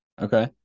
Okay